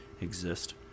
exist